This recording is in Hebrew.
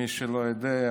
מי שלא יודע,